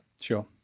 Sure